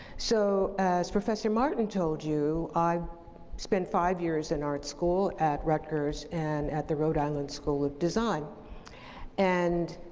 so, as professor martin told you, i spent five years in art school at rutgers and at the rhode island school of design and